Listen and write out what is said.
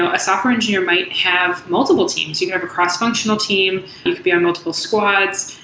ah a software engineer might have multiple teams. you can have a cross functional team. you could be on multiple squads.